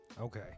Okay